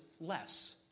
less